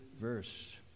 verse